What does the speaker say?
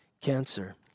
Cancer